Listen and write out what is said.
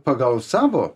pagal savo